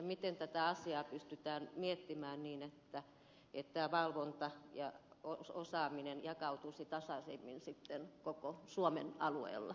miten tätä asiaa pystytään miettimään niin että tämä valvonta ja osaaminen jakautuisivat tasaisemmin koko suomen alueella